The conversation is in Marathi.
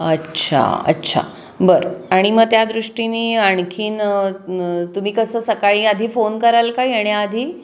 अच्छा अच्छा बरं आणि मग त्यादृष्टीने आणखी तुम्ही कसं सकाळी आधी फोन कराल का येण्याआधी